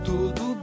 Tudo